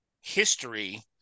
history